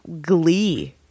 glee